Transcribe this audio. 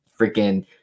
freaking